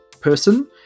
person